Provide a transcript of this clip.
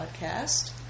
podcast